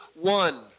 one